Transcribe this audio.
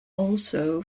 also